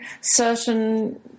certain